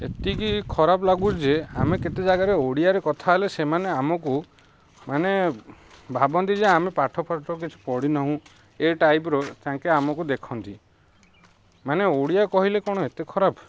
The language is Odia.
ଏତିକି ଖରାପ ଲାଗୁଛି ଯେ ଆମେ କେତେ ଜାଗାରେ ଓଡ଼ିଆରେ କଥା ହେଲେ ସେମାନେ ଆମକୁ ମାନେ ଭାବନ୍ତି ଯେ ଆମେ ପାଠ ଫାଠ କିଛି ପଢ଼ିିନାହୁଁ ଏ ଟାଇପ୍ର ତାଙ୍କେ ଆମକୁ ଦେଖନ୍ତି ମାନେ ଓଡ଼ିଆ କହିଲେ କ'ଣ ଏତେ ଖରାପ